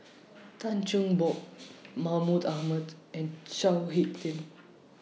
Tan Cheng Bock Mahmud Ahmad and Chao Hick Tin